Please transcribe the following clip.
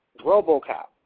Robocop